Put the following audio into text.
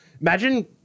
Imagine